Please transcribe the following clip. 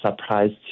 surprised